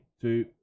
two